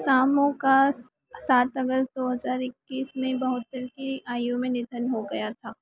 सामो का सात अगस्त दो हज़ार इक्कीस में बहत्तर की आयु में निधन हो गया था